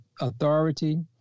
authority